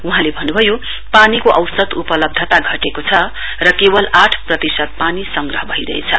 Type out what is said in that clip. वहाँले भन्नुभयो पानीको औसत उपलब्धता छटेको छ केवल आठ प्रतिशत पानी संग्रह भइरहेछ